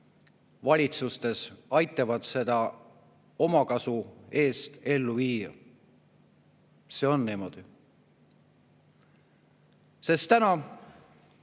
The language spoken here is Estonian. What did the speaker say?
valitsustes aitavad seda omakasu eest ellu viia. See on niimoodi.